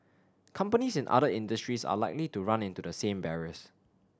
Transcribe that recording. companies in other industries are likely to run into the same barriers